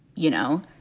you know?